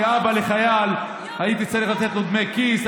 כאבא לחייל הייתי צריך לתת לו דמי כיס.